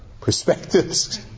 perspectives